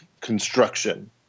construction